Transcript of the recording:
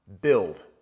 build